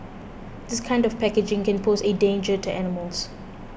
this kind of packaging can pose a danger to animals